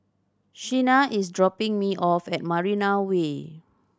Shenna is dropping me off at Marina Way